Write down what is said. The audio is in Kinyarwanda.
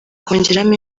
kongeramo